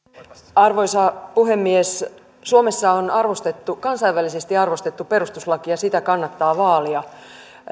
arvoisa puhemies suomessa on arvostettu kansainvälisesti arvostettu perustuslaki ja sitä kannattaa vaalia